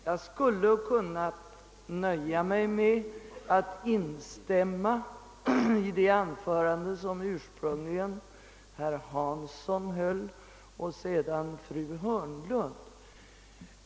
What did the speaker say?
Jag skulle kunnat nöja mig med att instämma i det anförande som herr Hansson höll ursprungligen och i fru Hörnlunds anförande.